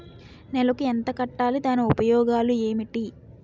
నెలకు ఎంత కట్టాలి? దాని ఉపయోగాలు ఏమిటి?